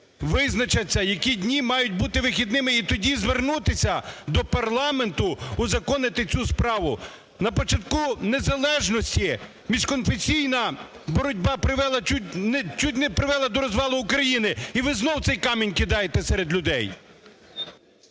визначаться, які дні мають бути вихідними. І тоді звернутись до парламенту, узаконити цю справу. На початку незалежності міжконфесійна боротьба чуть не привела до розвалу України. І ви знову цей камінь кидаєте серед людей!